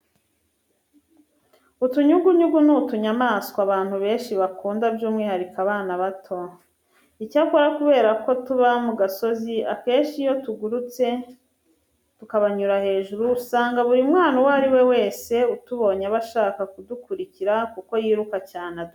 Utunyugunyugu ni utunyamaswa abantu benshi bakunda by'umwihariko abana bato. Icyakora kubera ko tuba mu gasozi akenshi iyo tugurutse tukabanyura hejuru usanga buri mwana uwo ari we wese utubonye aba ashaka kudukurikira kuko yiruka cyane adusanga.